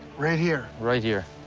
right here? right here.